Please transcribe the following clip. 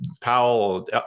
Powell